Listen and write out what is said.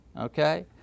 Okay